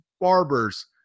barbers